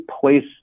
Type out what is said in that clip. place